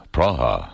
Praha